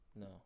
No